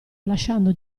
lasciando